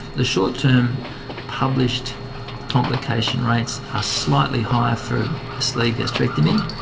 the short term published complication rates are slightly higher for a sleeve gastrectomy,